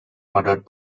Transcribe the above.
murdered